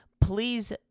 Please